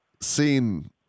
seen